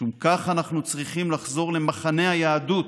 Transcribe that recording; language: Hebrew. משום כך אנחנו צריך צריכים לחזור למחנה היהדות,